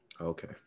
Okay